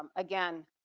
again,